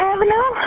Avenue